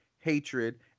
hatred